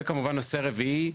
וכמובן נושא רביעי,